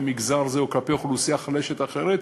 מגזר זה או כלפי אוכלוסייה חלשה אחרת,